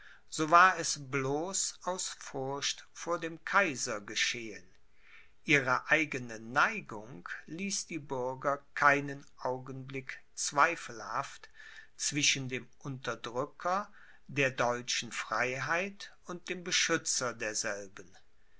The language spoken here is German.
so war es bloß aus furcht vor dem kaiser geschehen ihre eigene neigung ließ die bürger keinen augenblick zweifelhaft zwischen dem unterdrücker der deutschen freiheit und dem beschützer derselben